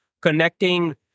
connecting